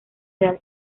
real